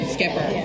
Skipper